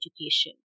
education